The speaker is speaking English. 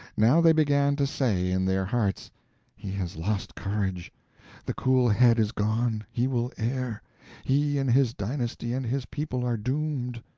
now they began to say in their hearts he has lost courage the cool head is gone he will err he and his dynasty and his people are doomed!